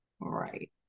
Right